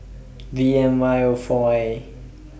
V M Y O four A